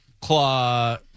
claw